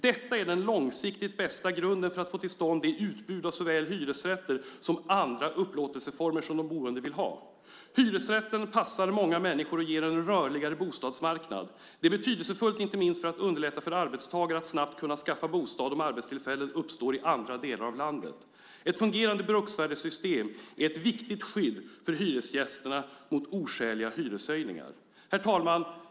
Detta är den långsiktigt bästa grunden för att få till stånd det utbud av såväl hyresrätter som andra upplåtelseformer som de boende vill ha. Hyresrätten passar många människor och ger en rörligare bostadsmarknad. Det är betydelsefullt inte minst för att underlätta för arbetstagare att snabbt kunna skaffa bostad om arbetstillfällen uppstår i andra delar av landet. Ett fungerande bruksvärdessystem är ett viktigt skydd för hyresgästerna mot oskäliga hyreshöjningar."